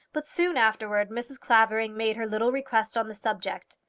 but soon afterwards mrs. clavering made her little request on the subject.